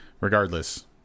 Regardless